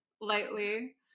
lightly